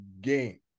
game